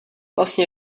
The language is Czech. vlastně